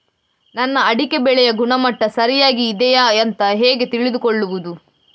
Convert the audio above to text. ನನ್ನ ಅಡಿಕೆ ಬೆಳೆಯ ಗುಣಮಟ್ಟ ಸರಿಯಾಗಿ ಇದೆಯಾ ಅಂತ ಹೇಗೆ ತಿಳಿದುಕೊಳ್ಳುವುದು?